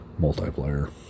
multiplayer